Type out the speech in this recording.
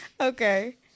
Okay